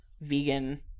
vegan